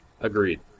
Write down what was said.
Agreed